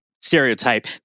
stereotype